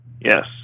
Yes